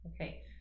Okay